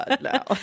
now